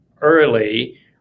early